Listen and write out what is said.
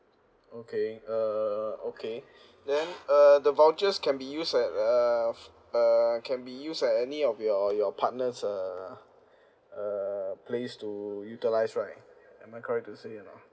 okay uh okay then uh the vouchers can be used at uh uh can be used at any of your your partners uh uh place to utilise right am I correct to say it or not